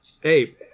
hey